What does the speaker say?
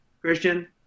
Christian